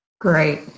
Great